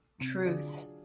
truth